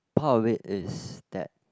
part of it is that